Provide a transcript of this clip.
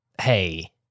hey